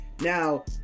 Now